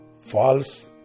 false